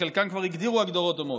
שחלקן כבר הגדירו הגדרות דומות.